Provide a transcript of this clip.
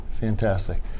Fantastic